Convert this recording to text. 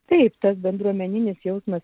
taip tas bendruomeninis jausmas